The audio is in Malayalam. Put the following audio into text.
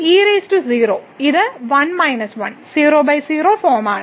ഈ e0 ഇത് 1 മൈനസ് 1 00 ഫോമാണ്